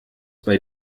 bei